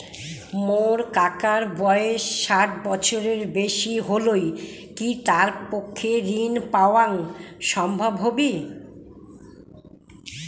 মোর কাকার বয়স ষাট বছরের বেশি হলই কি তার পক্ষে ঋণ পাওয়াং সম্ভব হবি?